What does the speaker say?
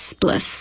bliss